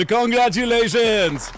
Congratulations